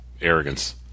arrogance